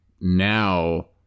now